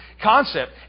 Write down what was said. concept